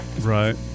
Right